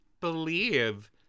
believe